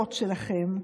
היכולות שלכם,